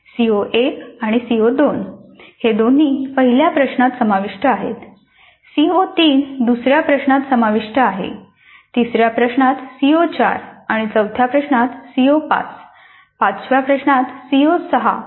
CO 1 आणि CO 2 हे दोन्ही पहिल्या प्रश्नात समाविष्ट आहेत सीओ 3 दुसर्या प्रश्नात समाविष्ट आहे तिसर्या प्रश्नात सीओ 4 चौथ्या प्रश्नात सीओ 5 पाचव्या प्रश्नात सीओ 6